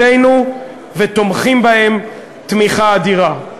את כוחותינו ותומכים בהם תמיכה אדירה.